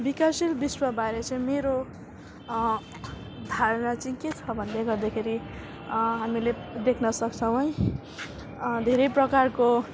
विकासशील विश्वबारे चाहिँ मेरो धारणा चाहिँ के छ भन्दै गर्दाखेरि हामीले देख्न सक्छौँ है धेरै प्रकारको